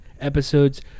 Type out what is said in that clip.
episodes